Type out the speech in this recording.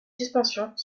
suspensions